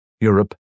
Europe